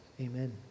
amen